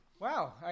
Wow